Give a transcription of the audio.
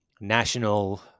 national